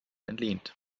entlehnt